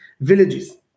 villages